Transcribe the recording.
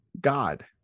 God